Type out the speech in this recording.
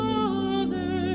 Father